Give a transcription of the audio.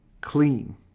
clean